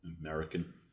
American